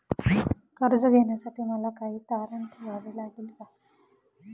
कर्ज घेण्यासाठी मला काही तारण ठेवावे लागेल का?